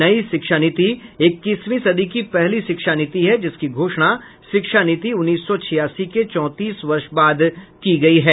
नयी शिक्षा नीति इक्कीसवीं सदी की पहली शिक्षा नीति है जिसकी घोषणा शिक्षा नीति उन्नीस सौ छियासी के चौंतीस वर्ष बाद की की गई है